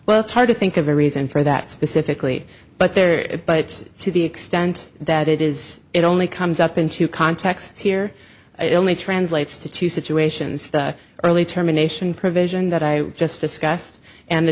well it's hard to think of a reason for that specifically but there it but to the extent that it is it only comes up into context here it only translates to two situations the early termination provision that i just discussed and the